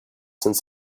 since